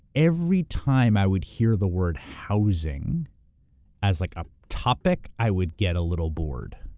every time i would hear the word housing as like a topic i would get a little bored,